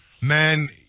man